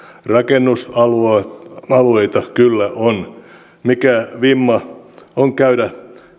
rakennusalueita kyllä on mikä vimma on käydä